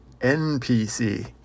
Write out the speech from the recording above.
NPC